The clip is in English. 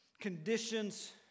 Conditions